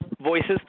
voices